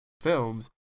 films